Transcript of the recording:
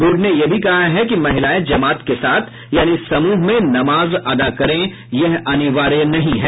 board ने यह भी कहा है कि महिलाएं जमात के साथ यानी समूह में नमाज अदा करें यह अनिवार्य नहीं है